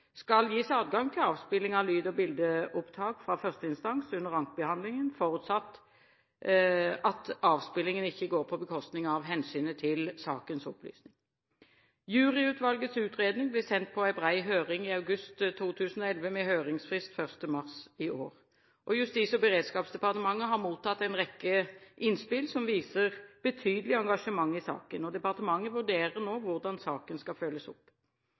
skal gis adgang til avspilling av lyd- og bildeopptak fra førsteinstans under ankebehandlingen, forutsatt at avspillingen ikke går på bekostning av hensynet til sakens opplysning. Juryutvalgets utredning ble sendt på en bred høring i august 2011 med høringsfrist 1. mars i år. Justis- og beredskapsdepartementet har mottatt en rekke innspill som viser betydelig engasjement i saken. Departementet vurderer nå hvordan saken skal følges opp.